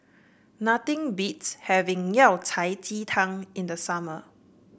nothing beats having Yao Cai Ji Tang in the summer